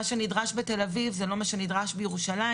מה שנדרש בתל אביב, זה לא מה שנדרש בירושלים.